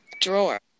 drawer